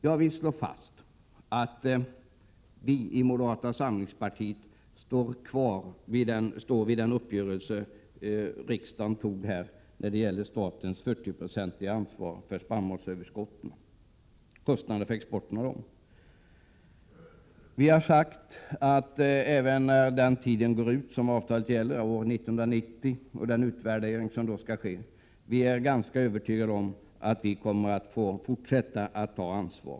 Jag vill slå fast att vi i moderata samlingspartiet står fast vid den uppgörelse som riksdagen fattade beslut om när det gäller statens ansvar för 40 96 av kostnaderna för spannmålsöverskotten. Avtalet gäller till 1990, och det skall då ske en utvärdering. Vi är ganska övertygade om att samhället kommer att få fortsätta att ta ett ansvar.